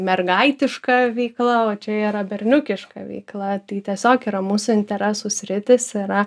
mergaitiška veikala va čia yra berniukiška veikla tai tiesiog yra mūsų interesų sritys yra